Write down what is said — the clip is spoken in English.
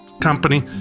company